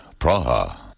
Praha